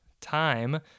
time